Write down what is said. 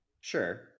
sure